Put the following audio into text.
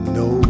no